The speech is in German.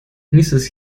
nächstes